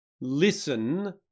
listen